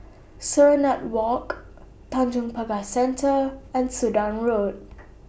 Serenade Walk Tanjong Pagar Centre and Sudan Road